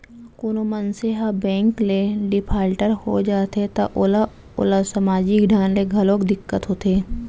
कोनो मनसे ह बेंक ले डिफाल्टर हो जाथे त ओला ओला समाजिक ढंग ले घलोक दिक्कत होथे